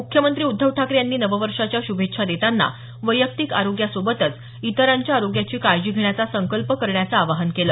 मुख्यमंत्री उद्धव ठाकरे यांनी नववर्षाच्या शुभेच्छा देताना वैयक्तिक आरोग्यासोबतच इतरांच्या आरोग्याची काळजी घेण्याचा संकल्प करण्याचं आवाहन केल